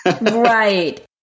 Right